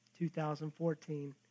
2014